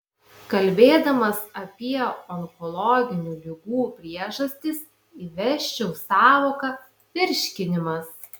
kalbėdamas apie onkologinių ligų priežastis įvesčiau sąvoką virškinimas